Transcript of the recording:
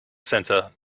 center